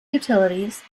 utilities